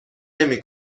نمی